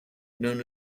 known